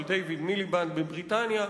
של דייוויד מיליבנד מבריטניה,